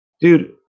Dude